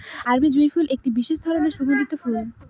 আরবি জুঁই ফুল একটি বিশেষ ধরনের সুগন্ধি ফুল